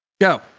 Go